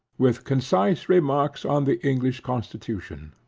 with concise remarks on the english constitution